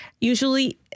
Usually